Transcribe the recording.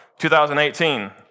2018